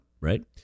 Right